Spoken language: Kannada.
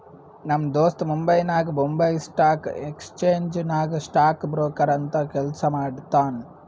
ನಮ್ ದೋಸ್ತ ಮುಂಬೈನಾಗ್ ಬೊಂಬೈ ಸ್ಟಾಕ್ ಎಕ್ಸ್ಚೇಂಜ್ ನಾಗ್ ಸ್ಟಾಕ್ ಬ್ರೋಕರ್ ಅಂತ್ ಕೆಲ್ಸಾ ಮಾಡ್ತಾನ್